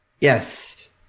Yes